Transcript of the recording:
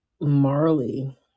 marley